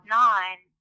nine